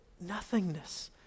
nothingness